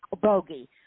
bogey